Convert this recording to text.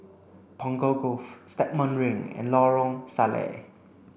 Punggol Cove Stagmont Ring and Lorong Salleh